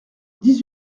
dix